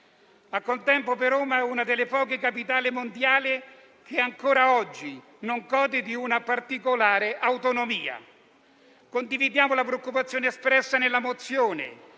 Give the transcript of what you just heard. Al contempo, però, Roma è una delle poche capitali mondiali che ancora oggi non gode di una particolare autonomia. Condividiamo la preoccupazione espressa nella mozione